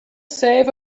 save